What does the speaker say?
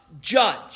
judge